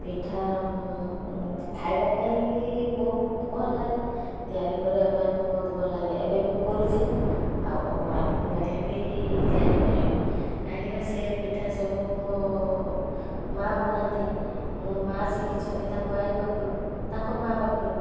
ପିଠା ଖାଇବା ପାଇଁ ବହୁତ ଭଲ ଲାଗେ ତିଆରି କରିବା ପାଇଁ ବି ବହୁତ ଭଲ ଲାଗେ ଏବେ ବି କରୁଛି ଆଉ ଆଗକୁ ମଧ୍ୟ ବି ତିଆରି କରିବି କାହିଁକି ନା ସେ ପିଠା ସବୁ ମୋ ମାଆ ବନାନ୍ତି ମୋ ମାଆ ଶିଖିଛନ୍ତି ତାଙ୍କ ଆଈ ପାଖରୁ ତାଙ୍କ ମାଆ ପାଖରୁ